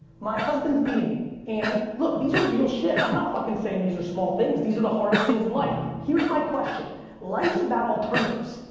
my husband's beating me. and? look, these are real shit, i'm not fucking saying these are small things, these are the hardest things in life. here's my question life's about alternatives.